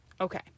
Okay